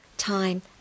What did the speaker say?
time